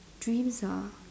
dreams ah